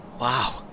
Wow